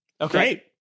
Okay